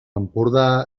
empordà